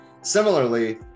Similarly